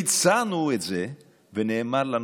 והצענו את זה, ונאמר לנו: